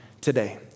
today